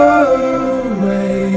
away